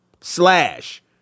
slash